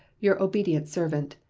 your obedient servant,